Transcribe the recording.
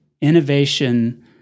innovation